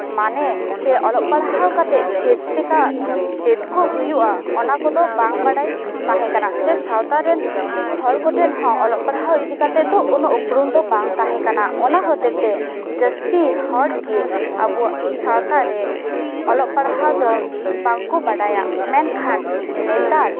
ᱢᱟᱱᱮ ᱥᱮ ᱚᱞᱚᱜ ᱯᱟᱲᱦᱟᱣ ᱠᱟᱛᱮᱫ ᱪᱮᱫ ᱪᱮᱠᱟ ᱪᱮᱫ ᱠᱚ ᱦᱩᱭᱩᱜᱼᱟ ᱚᱱᱟ ᱠᱚᱫᱚ ᱵᱟᱝ ᱵᱟᱲᱟᱭ ᱛᱟᱦᱮᱸ ᱠᱟᱱᱟ ᱥᱮ ᱥᱟᱶᱛᱟ ᱨᱮᱱ ᱦᱚᱲ ᱠᱚᱴᱷᱮᱱ ᱦᱚᱸ ᱚᱞᱚᱜ ᱯᱟᱲᱦᱟᱣ ᱤᱫᱤ ᱠᱟᱛᱮᱫ ᱫᱚ ᱩᱱᱟᱹᱜ ᱩᱯᱨᱩᱢ ᱫᱚ ᱵᱟᱝ ᱛᱟᱦᱮᱸ ᱠᱟᱱᱟ ᱚᱱᱟ ᱦᱟᱛᱮᱛᱮ ᱡᱟᱹᱥᱛᱤ ᱦᱚᱲ ᱜᱮ ᱟᱵᱚ ᱥᱟᱶᱛᱟ ᱨᱮ ᱚᱞᱚᱜ ᱯᱟᱲᱦᱟᱣ ᱫᱚ ᱵᱟᱝ ᱠᱚ ᱵᱟᱰᱟᱭᱟ ᱢᱮᱱᱠᱷᱟᱱ ᱱᱮᱛᱟᱨ